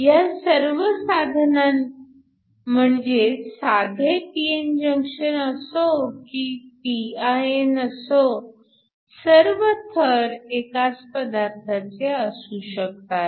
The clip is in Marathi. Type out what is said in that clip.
ह्या सर्व साधनांत म्हणजेच साधे p n जंक्शन असो की pin असो सर्व थर एकाच पदार्थाचे असू शकतात